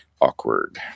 awkward